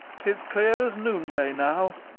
tis clear as noonday now.